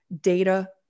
data